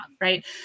right